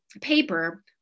paper